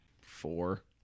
Four